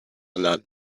none